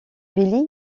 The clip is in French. billy